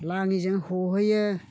लाङिजों हहैयो